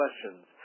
questions